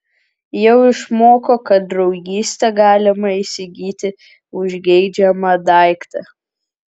jau išmoko kad draugystę galima įsigyti už geidžiamą daiktą